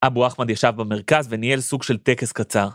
אבו אחמד ישב במרכז וניהל סוג של טקס קצר.